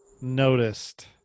noticed